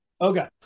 Okay